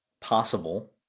possible